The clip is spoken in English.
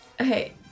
okay